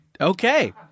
Okay